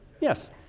Yes